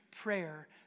prayer